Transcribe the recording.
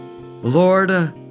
Lord